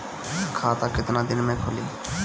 खाता कितना दिन में खुलि?